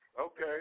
Okay